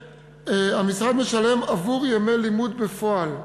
המשרד משלם עבור ימי לימוד בפועל.